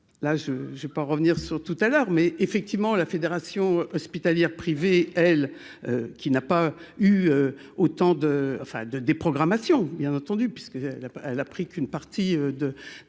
là je j'ai pas revenir sur tout à l'heure, mais effectivement, la fédération hospitalière privée, elle qui n'a pas eu autant de, enfin de déprogrammation, bien entendu, puisque elle a, elle, a pris qu'une partie de